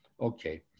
Okay